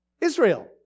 Israel